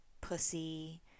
pussy